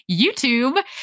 youtube